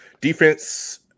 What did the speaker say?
Defense